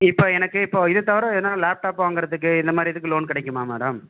இப்போ எனக்கு இப்போ இதை தவிர எதனா லேப்டாப் வாங்குறதுக்கு இந்த மாதிரி இதுக்கு லோன் கிடைக்குமா மேடம்